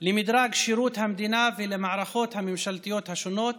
שירות המדינה ולמערכות הממשלתיות השונות: